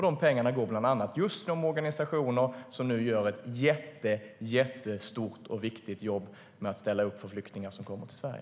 De pengarna går bland annat till just de organisationer som nu gör ett jättestort och viktigt jobb med att ställa upp för flyktingar som kommer till Sverige.